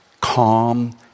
calm